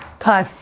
kai,